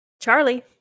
Charlie